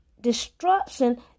destruction